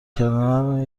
کردن